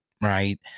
right